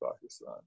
Pakistan